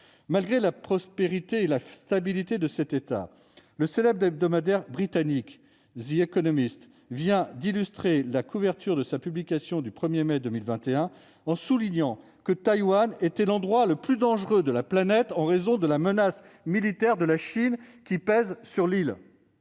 Malgré la prospérité et la stabilité de cet État, le célèbre hebdomadaire britannique vient d'illustrer sa couverture du 1 mai 2021 en soulignant que Taïwan était l'endroit le plus dangereux de la planète en raison de la menace militaire de la Chine qui pèse sur l'île